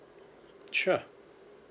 sure